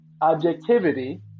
objectivity